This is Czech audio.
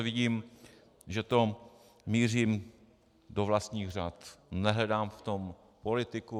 Vidíte, že to mířím do vlastních řad, nehledám v tom politiku.